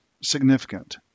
significant